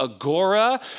Agora